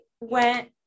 went